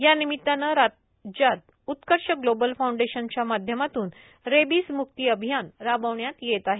यानिमित्ताने राज्यात उत्कर्ष ग्लोबल फाउंडेशनच्या माध्यमातून रेबीज म्क्ती अभिमान राबविण्यात येत आहे